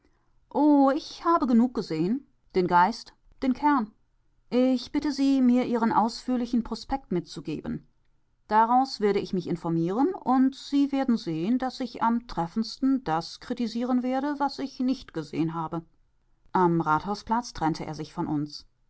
oh ich habe genug gesehen den geist den kern ich bitte sie mir ihren ausführlichen prospekt mitzugeben daraus werde ich mich informieren und sie werden sehen daß ich am treffendsten das kritisieren werde was ich nicht gesehen habe am rathausplatz trennte er sich von uns